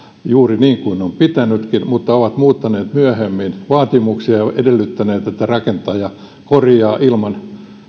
juuri niin kuin on pitänytkin mutta he ovat muuttaneet myöhemmin vaatimuksia ja edellyttäneet että rakentaja korjaa ilman